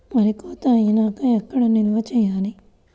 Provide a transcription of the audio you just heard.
వరి కోత అయినాక ఎక్కడ నిల్వ చేయాలి?